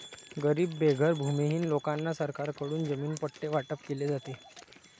गरीब बेघर भूमिहीन लोकांना सरकारकडून जमीन पट्टे वाटप केले जाते